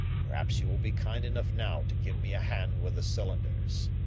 perhaps you will be kind enough now to give me a hand with the cylinders.